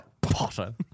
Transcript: Potter